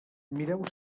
mireu